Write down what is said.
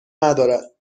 ندارد